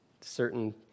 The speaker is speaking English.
certain